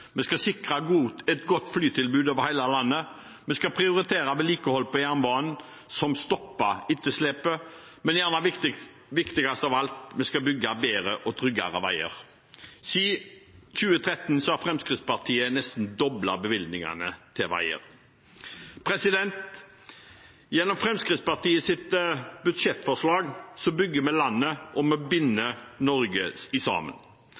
vi skal sikre et godt flytilbud over hele landet, og vi skal prioritere vedlikehold på jernbanen som stopper etterslepet. Men kanskje viktigst av alt: Vi skal bygge bedre og tryggere veier. Siden 2013 har Fremskrittspartiet nesten doblet bevilgningene til veier. Gjennom Fremskrittspartiets budsjettforslag bygger vi landet, og vi binder Norge sammen.